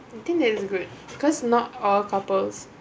I think that's really good because not all couples